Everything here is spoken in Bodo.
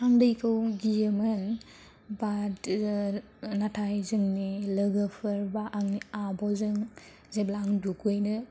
आं दैखौ गियोमोन बात नाथाय जोंनि लोगोफोर बा आंनि आब'जों जेब्ला आं दुगैनो